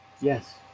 Yes